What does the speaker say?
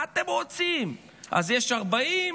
מה אתם רוצים, אז יש 40?